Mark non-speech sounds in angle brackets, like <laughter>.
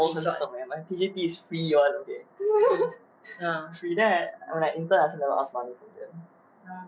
!walao! 很省 leh my P_G_P is free [one] okay <laughs> free then i~ I intern also never ask money from them